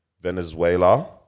Venezuela